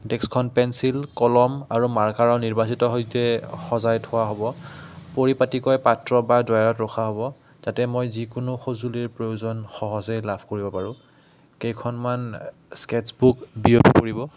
ডেস্কখন pencil কলম আৰু মাৰ্কাৰৰ নিৰ্বাচিত সৈতে সজাই থোৱা হ'ব পৰিপাতিকৈ পাত্ৰ বা ড্ৰয়াৰত ৰখা হ'ব যাতে মই যিকোনো সঁজুলিৰ প্ৰয়োজন সহজে লাভ কৰিব পাৰোঁ কেইখনমান স্কেটছ বুক বিয়পি পৰিব